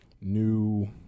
new